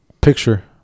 picture